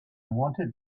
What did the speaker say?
wanted